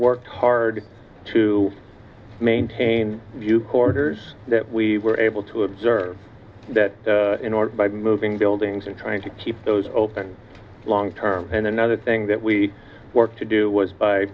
worked hard to maintain you corridors that we we were able to observe that in order by moving buildings and trying to keep those open long term and another thing that we work to do was b